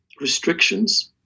restrictions